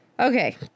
Okay